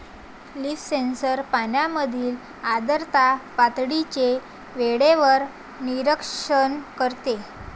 leaf sensor पानांमधील आर्द्रता पातळीचे वेळेवर निरीक्षण करते